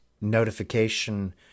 notification